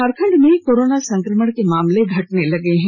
झारखंड में कोरोना संक्रमण के मामले घटने लगे हैं